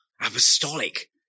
apostolic